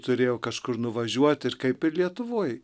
turėjo kažkur nuvažiuot ir kaip ir lietuvoj